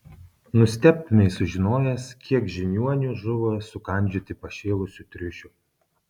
nustebtumei sužinojęs kiek žiniuonių žuvo sukandžioti pašėlusių triušių